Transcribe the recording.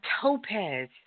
topaz